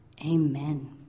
Amen